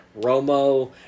Romo